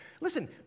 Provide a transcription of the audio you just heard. listen